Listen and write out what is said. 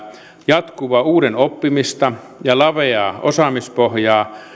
jatkuvaa uuden oppimista ja laveaa osaamispohjaa